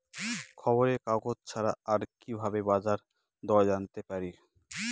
খবরের কাগজ ছাড়া আর কি ভাবে বাজার দর জানতে পারি?